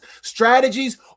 strategies